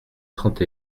trente